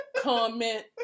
comment